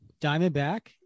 Diamondback